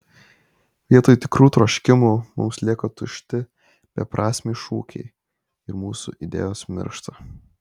vietoj tikrų troškimų mums lieka tušti beprasmiai šūkiai ir mūsų idėjos miršta